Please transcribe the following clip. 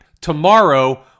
Tomorrow